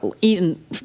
eaten